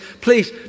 Please